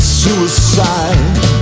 suicide